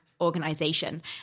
organization